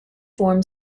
form